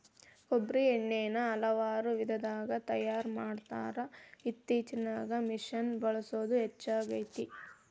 ಕೊಬ್ಬ್ರಿ ಎಣ್ಣಿನಾ ಹಲವಾರು ವಿಧದಾಗ ತಯಾರಾ ಮಾಡತಾರ ಇತ್ತಿತ್ತಲಾಗ ಮಿಷಿನ್ ಬಳಸುದ ಹೆಚ್ಚಾಗೆತಿ